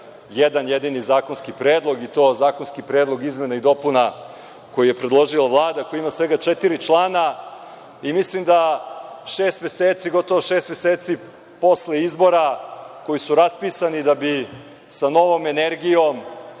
jedan jedini zakonski predlog, i to zakonski predlog izmena i dopuna, koji je predložila Vlada, a koji ima samo četiri člana. Mislim da gotovo šest meseci posle izbora, koji su raspisani da bi sa novom energijom